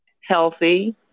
healthy